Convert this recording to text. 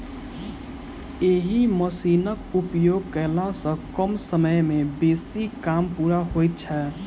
एहि मशीनक उपयोग कयला सॅ कम समय मे बेसी काम पूरा होइत छै